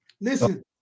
Listen